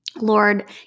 Lord